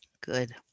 Good